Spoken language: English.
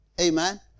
Amen